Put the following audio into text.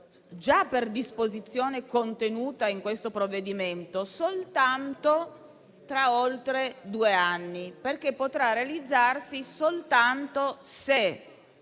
già per disposizione contenuta in questo provvedimento soltanto tra oltre due anni, perché potrà realizzarsi soltanto se